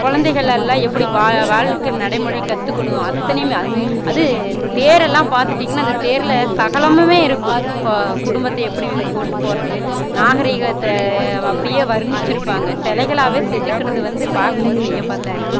குழந்தைகளெல்லாம் எப்படி வா வாழ்க்கை நடைமுறையை கற்றுக்கணும் அத்தனையுமே அதுவும் தேரெல்லாம் பார்த்துட்டீங்ன்னா அந்த தேரில் சகலமுமே இருக்கும் குடும்பத்தை எப்படி கொண்டுட்டு போவது நாகரீகத்தை அப்படியே வர்ணிச்சுருப்பாங்க சிலைகளாவே செதுக்கினது வந்து பார்க்கும் போது வியப்பாக தான் இருக்குது